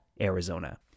Arizona